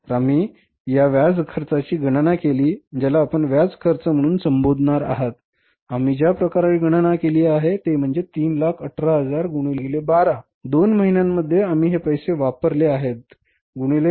तर आम्ही या व्याज खर्चाची गणना केली आहे ज्याला आपण व्याज खर्च म्हणून संबोधणार आहात आम्ही ज्या प्रकारे गणना केली आहे ते म्हणजे 318000 गुणिले 212 दोन महिन्यांमध्ये आम्ही हे पैसे वापरले आहेत गुणिले 0